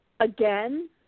Again